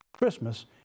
Christmas